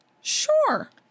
Sure